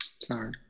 sorry